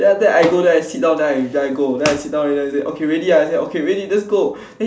then after that I go then I sit down then I then I go then I sit down already then he say okay ready ah then I say okay ready let's go